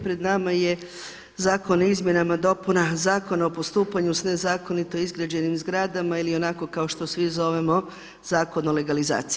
Pred nama je Zakon o izmjenama i dopunama Zakona o postupanju s nezakonito izgrađenim zgradama ili onako kao što svi zovemo Zakon o legalizaciji.